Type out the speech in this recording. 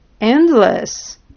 Endless